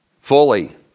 fully